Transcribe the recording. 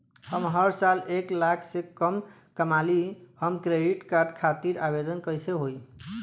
हम हर साल एक लाख से कम कमाली हम क्रेडिट कार्ड खातिर आवेदन कैसे होइ?